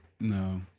no